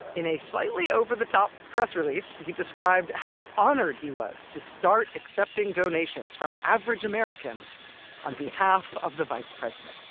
in a slightly over the top press release, he described how honored he was to start accepting donations from average americans on behalf of the vice president,